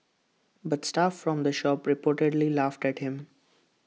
but staff from the shop reportedly laughed at him